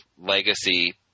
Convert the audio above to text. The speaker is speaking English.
legacy